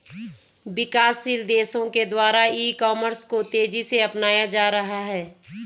विकासशील देशों के द्वारा ई कॉमर्स को तेज़ी से अपनाया जा रहा है